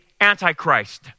antichrist